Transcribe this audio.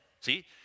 See